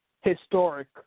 historic